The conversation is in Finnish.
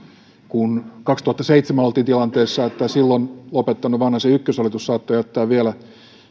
kun kaksituhattaseitsemän oltiin tilanteessa että silloin lopettanut vanhasen ykköshallitus saattoi vielä